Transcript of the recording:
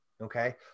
okay